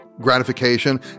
gratification